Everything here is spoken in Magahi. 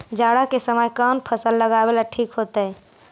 जाड़ा के समय कौन फसल लगावेला ठिक होतइ?